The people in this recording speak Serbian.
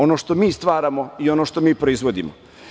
Ono što mi stvaramo i što proizvodimo.